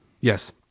yes